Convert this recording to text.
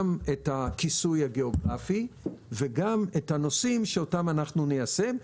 גם את הכיסוי הגאוגרפי וגם את הנושאים שאותם אנחנו ניישם.